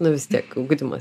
nu vis tiek ugdymas